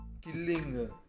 killing